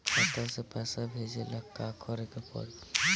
खाता से पैसा भेजे ला का करे के पड़ी?